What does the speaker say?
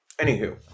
anywho